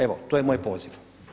Evo, to je moj poziv.